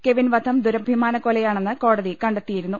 Kevin വധം ദുരഭിമാനകൊല്യാണെന്ന് കോടതി കണ്ടെ ത്തിയിരുന്നു